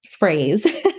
phrase